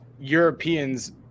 Europeans